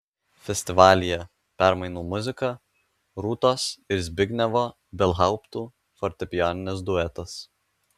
festivalyje permainų muzika rūtos ir zbignevo ibelhauptų fortepijoninis duetas